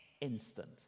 instant